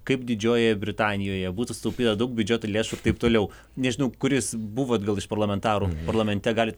kaip didžiojoje britanijoje būtų sutaupyta daug biudžeto lėšų ir taip toliau nežinau kuris buvot gal iš parlamentarų parlamente galit